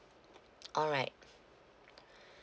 alright